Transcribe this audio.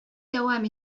дәвам